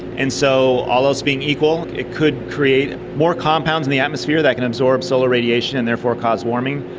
and so, all else being equal, it could create and more compounds in the atmosphere that can absorb solar radiation and therefore cause warming,